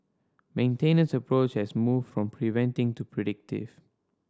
maintenance approach has moved from preventing to predictive